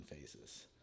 phases